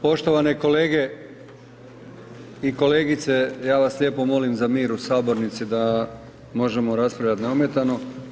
Poštovane kolege i kolegice ja vas lijepo molim za mir u sabornici da možemo raspravljati neometano.